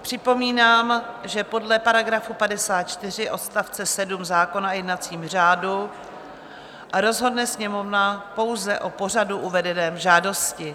Připomínám, že podle § 54 odst. 7 zákona o jednacím řádu rozhodne Sněmovna pouze o pořadu uvedeném v žádosti.